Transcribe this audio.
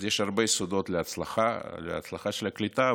אז יש הרבה סודות להצלחה של הקליטה,